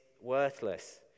worthless